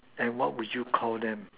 and what would you Call them